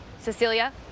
Cecilia